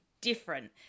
different